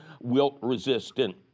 wilt-resistant